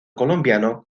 colombiano